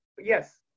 yes